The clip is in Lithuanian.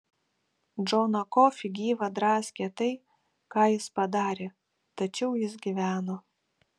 džoną kofį gyvą draskė tai ką jis padarė tačiau jis gyveno